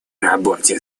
работе